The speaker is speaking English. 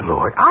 Lord